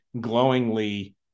glowingly